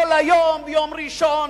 כל היום: יום ראשון,